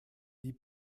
die